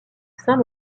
saint